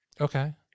Okay